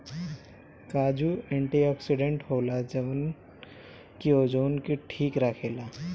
काजू एंटीओक्सिडेंट होला जवन की ओजन के ठीक राखेला